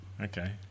Okay